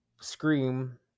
Scream